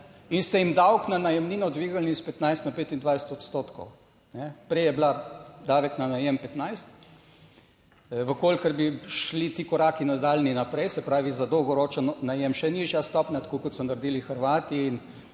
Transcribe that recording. in ste jim davek na najemnino dvignili iz 15 na 25 odstotkov. Prej je bila, davek na najem 15, v kolikor bi šli ti koraki nadaljnji naprej, se pravi, za dolgoročen najem še nižja stopnja, tako kot so naredili Hrvati in